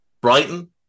Brighton